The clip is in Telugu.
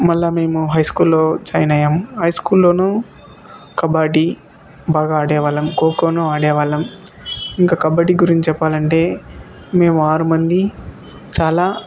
మరల మేము హై స్కూల్లో జాయిన్ అయ్యాం హై స్కూల్ల్లో కబడ్డీ బాగా ఆడేవాళ్ళం ఖోఖోను ఆడేవాళ్ళం ఇంకా కబాడ్డీ గురించి చెప్పాలంటే మేము ఆరుమంది చాలా